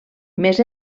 més